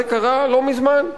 זה קרה לא מזמן,